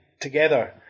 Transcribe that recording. together